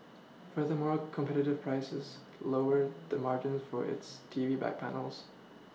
furthermore competitive prices lower the margin for its T V back panels